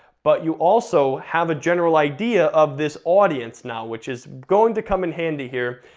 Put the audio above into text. but you also have a general idea of this audience now, which is going to come in handy here.